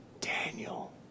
Daniel